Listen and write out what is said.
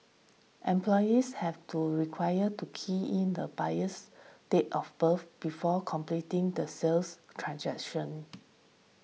employees have to required to key in the buyer's date of birth before completing the sales transaction